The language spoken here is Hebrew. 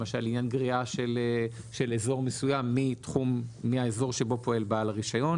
למשל עניין של גריעה של אזור מסוים מהאזור שבו פועל בעל הרישיון.